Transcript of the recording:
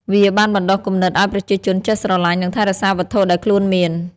វាបានបណ្ដុះគំនិតឲ្យប្រជាជនចេះស្រលាញ់ និងថែរក្សាវត្ថុដែលខ្លួនមាន។